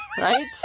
right